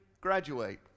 graduate